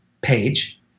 page